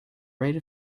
rate